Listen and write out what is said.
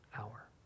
hour